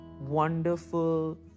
wonderful